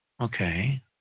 Okay